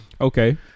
Okay